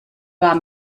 war